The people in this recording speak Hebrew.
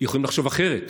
יכולים לחשוב אחרת,